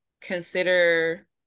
consider